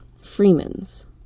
Freemans